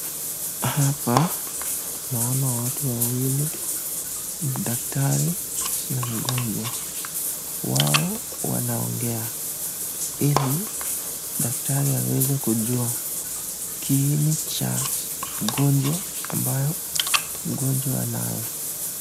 Hapa tunaona watu wawili, daktari na mgonjwa. Wao wanaongea ili daktari aweze kujua kiini cha ugonjwa ambayo mgonjwa anayo.